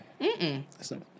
Mm-mm